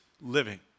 living